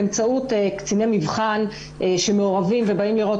באמצעות קציני מבחן שמעורבים ובאים לראות